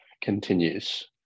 continues